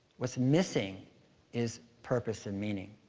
what's missing is purpose and meaning.